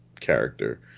character